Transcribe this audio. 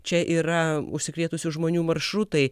čia yra užsikrėtusių žmonių maršrutai